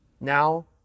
now